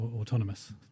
autonomous